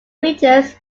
richards